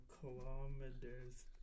kilometers